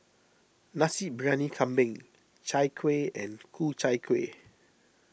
Nasi Briyani Kambing Chai Kuih and Ku Chai Kueh